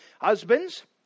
Husbands